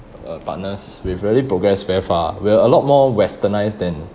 uh partners we've really progressed very far we're a lot more westernised than